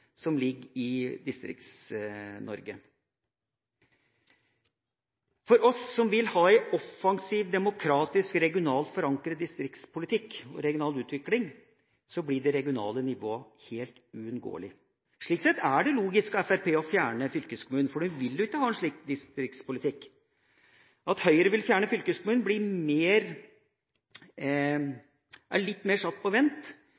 som ligger i Distrikts-Norge. For oss som vil ha en offensiv, demokratisk, regionalt forankret distriktspolitikk og regional utvikling, blir det regionale nivået helt uunngåelig. Slik sett er det logisk av Fremskrittspartiet å fjerne fylkeskommunen, for de vil jo ikke ha en slik distriktspolitikk. At Høyre vil fjerne fylkeskommunen, er litt mer satt på vent,